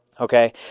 Okay